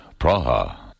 Praha